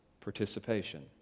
participation